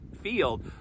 field